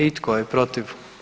I tko je protiv?